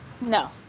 No